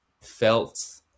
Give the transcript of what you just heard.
felt